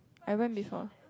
I went before